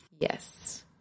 Yes